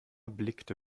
blickte